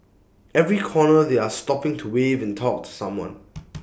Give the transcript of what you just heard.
every corner they are stopping to wave and talk to someone